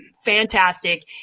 fantastic